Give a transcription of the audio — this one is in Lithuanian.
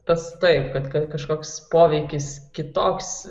tas taip kad kad kažkoks poveikis kitoks